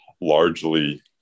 largely